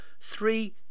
Three